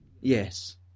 Yes